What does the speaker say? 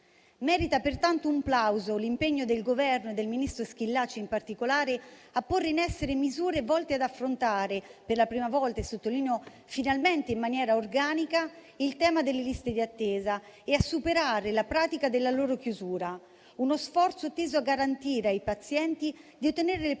Merita, pertanto, un plauso l'impegno del Governo e del ministro Schillaci in particolare a porre in essere misure volte ad affrontare per la prima volta e, lo sottolineo, finalmente in maniera organica il tema delle liste di attesa e a superare la pratica della loro chiusura. Uno sforzo teso a garantire ai pazienti di ottenere le prestazioni